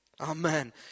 Amen